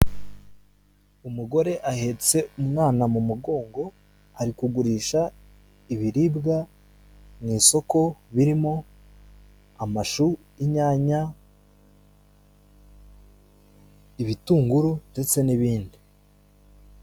Umugore ahetse umwana mu mugongo ari kugurisha ibiribwa mu isoko birimo amashu, inyanya, ibitunguru, ndetse n'ibindi.